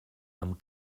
amb